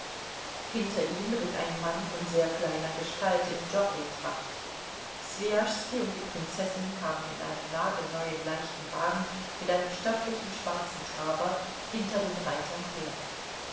hinter ihm ritt ein mann von sehr kleiner gestalt in jockeitracht swijaschski und die prinzessin kamen in einem nagelneuen leichten wagen mit einem stattlichen schwarzen traber hinter den reitern her